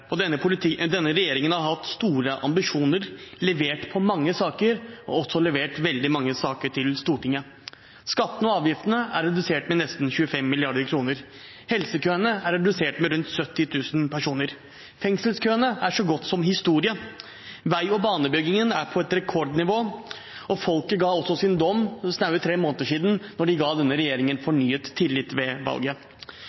diskutere. Denne regjeringen har hatt store ambisjoner, levert på mange saker og også levert veldig mange saker til Stortinget. Skattene og avgiftene er redusert med nesten 25 mrd. kr. Helsekøene er redusert med rundt 70 000 personer. Fengselskøene er så godt som historie. Vei- og banebyggingen er på et rekordnivå. Og folket ga også sin dom for snaue tre måneder siden, da de ga denne regjeringen